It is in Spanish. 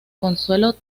consuelo